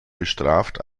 bestraft